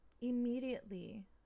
immediately